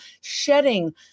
shedding